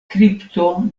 kripto